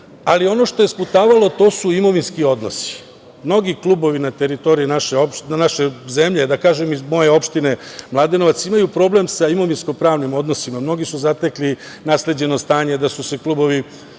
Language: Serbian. Ali ono što je sputavalo, to su imovinski odnosi. Mnogi klubovi na teritoriji naše zemlje, da kažem, i iz moje opštine Mladenovac, imaju problem sa imovinskopravnim odnosima. Mnogi su zatekli nasleđeno stanje da su se klubovi,